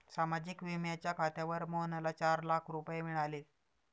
सामाजिक विम्याच्या खात्यावर मोहनला चार लाख रुपये मिळाले